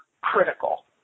critical